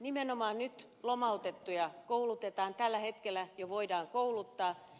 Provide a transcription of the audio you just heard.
nimenomaan lomautettuja koulutetaan tällä hetkellä ja voidaan kouluttaa